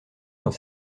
dans